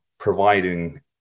providing